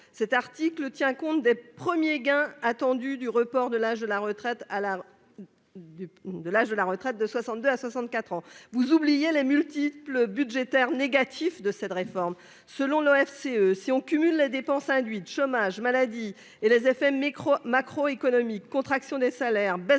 cet article tient compte des premiers gains attendus du report de l'âge de la retraite à l'art. Du de l'âge de la retraite de 62 à 64 ans. Vous oubliez les multiples budgétaire négatifs de cette réforme. Selon l'OFCE. Si on cumule les dépenses induites, chômage, maladie, et les effets micro et macro économique contraction des salaires, baisse